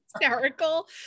hysterical